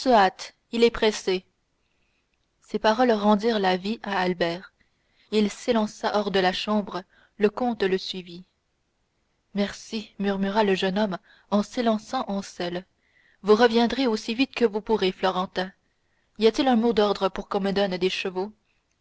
il est pressé ces paroles rendirent la vie à albert il s'élança hors de la chambre le comte le suivit merci murmura le jeune homme en s'élançant en selle vous reviendrez aussi vite que vous pourrez florentin y a-t-il un mot d'ordre pour qu'on me donne des chevaux